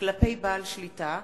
כלפי בעל שליטה),